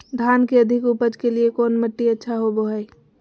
धान के अधिक उपज के लिऐ कौन मट्टी अच्छा होबो है?